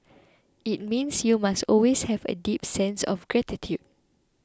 it means you must always have a deep sense of gratitude